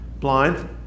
blind